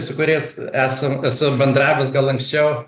su kuriais esam esu bendravęs gal anksčiau